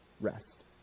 rest